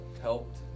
helped